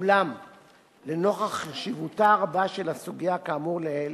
אולם לנוכח חשיבותה הרבה של הסוגיה, כאמור לעיל,